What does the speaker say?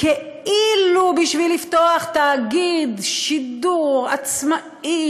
כאילו בשביל לפתוח תאגיד שידור עצמאי,